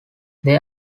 they